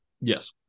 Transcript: Yes